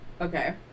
Okay